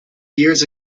years